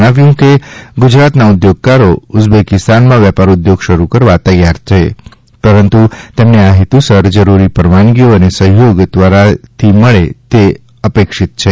જણાવ્યું કે ગુજરાતના ઊદ્યોગકારો ઉઝબેકિસ્તાનમાં વેપાર ઊદ્યોગ શરૂ કરવા તત્પર છે પરંતુ તેમને આ ફેતુસર જરૂરી પરવાનગીઓ અને સફયોગ ત્વરાએ મળે તે અપેક્ષિત છે